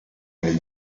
nel